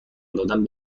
دادن